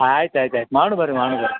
ಆಯ್ತು ಆಯ್ತು ಆಯ್ತು ಮಾಡುವ ಬನ್ರಿ ಮಾಡುವ ಬನ್ರಿ